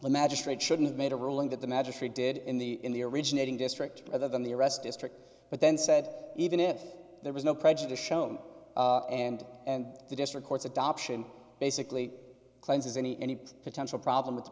the magistrate shouldn't have made a ruling that the magistrate did in the in the originating district other than the arrest district but then said even if there was no prejudice shown and and the district court's adoption basically cleanses any any potential problem with the